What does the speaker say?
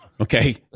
okay